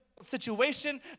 Situation